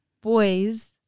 boys